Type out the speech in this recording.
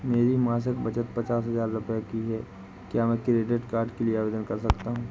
मेरी मासिक बचत पचास हजार की है क्या मैं क्रेडिट कार्ड के लिए आवेदन कर सकता हूँ?